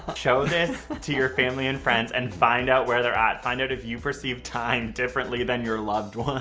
show this to your family and friends and find out where they're at. find out if you perceive time differently than your loved ones.